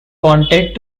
wanted